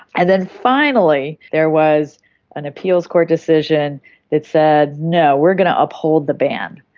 and then finally there was an appeals court decision that said no, we're going to uphold the ban,